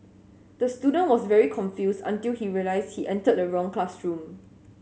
the student was very confused until he realised he entered the wrong classroom